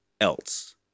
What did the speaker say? else